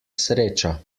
sreča